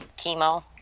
chemo